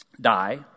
Die